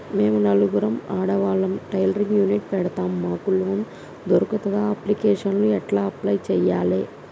మేము నలుగురం ఆడవాళ్ళం టైలరింగ్ యూనిట్ పెడతం మాకు లోన్ దొర్కుతదా? అప్లికేషన్లను ఎట్ల అప్లయ్ చేయాలే?